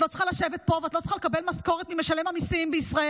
את לא צריכה לשבת פה ואת לא צריכה לקבל משכורת ממשלם המיסים בישראל.